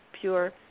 pure